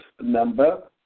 number